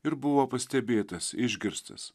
ir buvo pastebėtas išgirstas